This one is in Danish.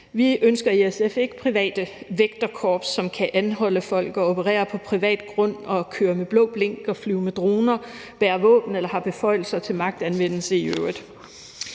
Vi ønsker i SF ikke private vægterkorps, som kan anholde folk og operere på privat grund og køre med blå blink og flyve med droner, bære våben eller har beføjelser til magtanvendelse i øvrigt.